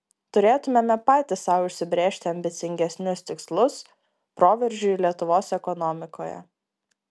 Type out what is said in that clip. turėtumėme patys sau užsibrėžti ambicingesnius tikslus proveržiui lietuvos ekonomikoje